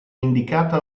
indicata